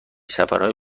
سفرهای